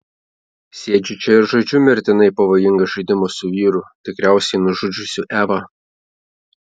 sėdžiu čia ir žaidžiu mirtinai pavojingą žaidimą su vyru tikriausiai nužudžiusiu evą